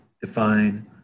define